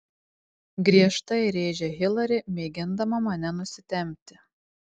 griežtai rėžia hilari mėgindama mane nusitempti